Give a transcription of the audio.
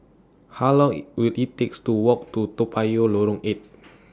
How Long IT Will IT takes to Walk to Toa Payoh Lorong eight